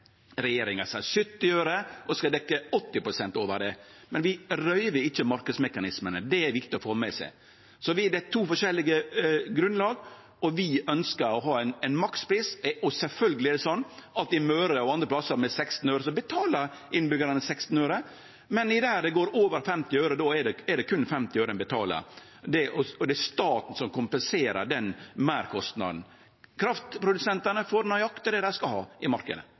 Regjeringa seier 70 øre og skal dekkje 80 pst. over det. Men vi røyver ikkje marknadsmekanismane, det er viktig å få med seg. Det er to forskjellige grunnlag, og vi ønskjer å ha ein makspris. Sjølvsagt er det slik at i Møre og andre plassar med 16 øre betaler innbyggjarane 16 øre, men der det går over 50 øre, er det berre 50 øre ein betaler. Det er staten som kompenserer den meirkostnaden. Kraftprodusentane får nøyaktig det dei skal ha i